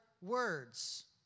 words